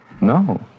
No